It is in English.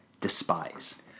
despise